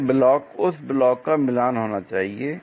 यह ब्लॉक उस ब्लॉक का मिलान होना चाहिए